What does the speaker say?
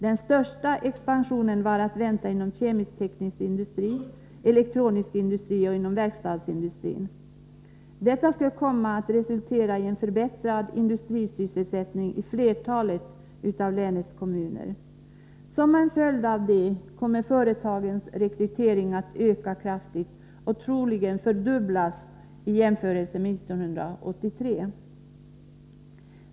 Den största expansionen var att vänta inom den kemisk-tekniska industrin, elektrotekniska industrin och verkstadsindustrin. Detta kommer att resultera i en förbättrad industrisysselsättning i flertalet av länets kommuner. Som en följd härav kommer företagens rekrytering att öka kraftigt — troligen att fördubblas i jämförelse med 1983.